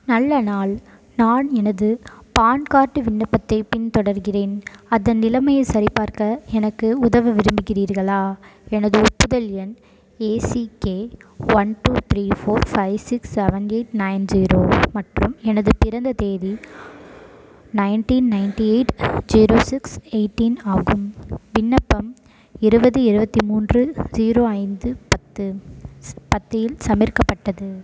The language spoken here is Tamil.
நல்ல நாள் நான் எனது பான் கார்டு விண்ணப்பத்தைப் பின்தொடர்கிறேன் அதன் நிலமையை சரிபார்க்க எனக்கு உதவ விரும்புகிறீர்களா எனது ஒப்புதல் எண் A C K one two three four five six seven eight nine zero மற்றும் எனது பிறந்த தேதி nineteen ninety eight zero six eighteen ஆகும் விண்ணப்பம் இருபது இருபத்தி மூன்று ஜீரோ ஐந்து பத்து பத்து இல் சமிர்பிக்கப்பட்டது